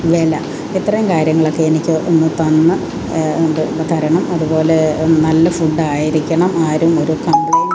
വില ഇത്രയും കാര്യങ്ങളൊക്കെ എനിക്ക് ഒന്ന് തന്ന് തരണം അതുപോലെ നല്ല ഫുഡ്ഡായിരിക്കണം ആരും ഒരു കംപ്ലയ്ൻറ്റും ഒന്നും പറയാൻ പാടില്ല